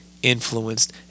Influenced